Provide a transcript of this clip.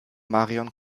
marion